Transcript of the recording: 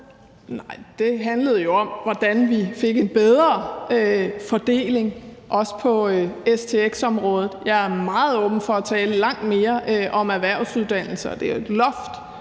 (RV): Det handlede jo om, hvordan vi fik en bedre fordeling, også på stx-området. Jeg er meget åben for at tale langt mere om erhvervsuddannelser, og det er et loft